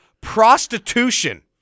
prostitution